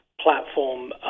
platform